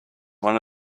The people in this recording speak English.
one